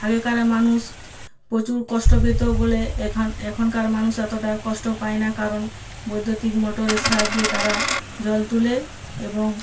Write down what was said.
আগেকারে মানুষ প্রচুর কষ্ট পেত বলে এখান এখনকার মানুষ এতটা কষ্ট পায় না কারণ বৈদ্যুতিক মোটরের সাহায্যে তারা জল তুলে এবং